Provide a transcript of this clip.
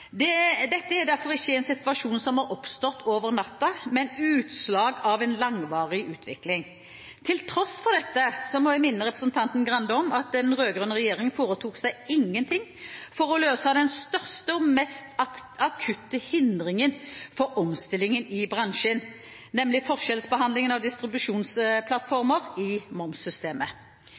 Dette er derfor ikke en situasjon som har oppstått over natten, men er utslag av en langvarig utvikling. Til tross for dette, må jeg minne representanten Grande om, foretok den rød-grønne regjeringen seg ingenting for å løse den største og mest akutte hindringen for omstilling i bransjen, nemlig forskjellsbehandlingen av distribusjonsplattformer i momssystemet.